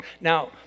Now